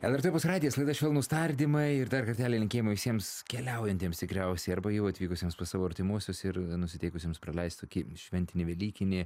lrt opus radijas laida švelnūs tardymai ir dar kartelį linkėjimai visiems keliaujantiems tikriausiai arba jau atvykusiems pas savo artimuosius ir nusiteikusiems praleisti tokį šventinį velykinį